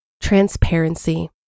Transparency